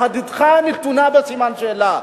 יהדותך נתונה בסימן שאלה.